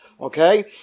okay